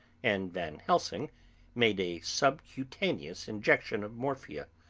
and van helsing made a subcutaneous injection of morphia,